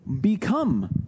become